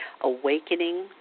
Awakening